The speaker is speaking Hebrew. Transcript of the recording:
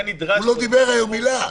הוא לא דיבר היום מילה.